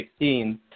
2016